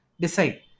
decide